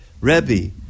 Rebbe